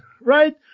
Right